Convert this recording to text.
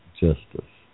justice